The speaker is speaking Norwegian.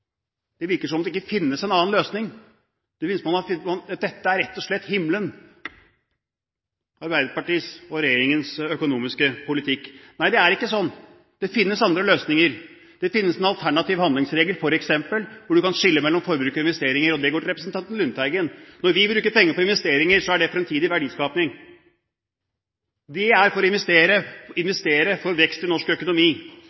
Det virker som om det ikke finnes noen annen løsning. Det virker som om dette rett og slett er himmelen – Arbeiderpartiets og regjeringens økonomiske politikk. Nei, det er ikke slik. Det finnes andre løsninger. Det finnes f.eks. en alternativ handlingsregel, hvor du kan skille mellom forbruk og investeringer. Den går til representanten Lundteigen. Når vi bruker penger på investeringer, er det fremtidig verdiskaping, det er for å investere